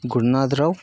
Gurunatha Rao